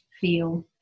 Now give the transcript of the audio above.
feel